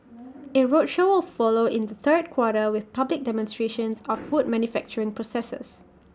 A roadshow will follow in the third quarter with public demonstrations of food manufacturing processes